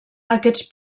aquests